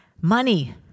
Money